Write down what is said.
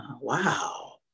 Wow